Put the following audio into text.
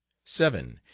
seven.